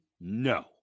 No